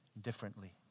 differently